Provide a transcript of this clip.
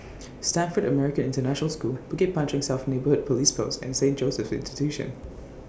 Stamford American International School Bukit Panjang South Neighbour Police Post and Saint Joseph's Institution